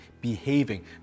behaving